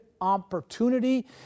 opportunity